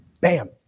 Bam